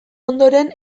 ondoren